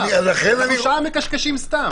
אנחנו שעה מקשקשים סתם.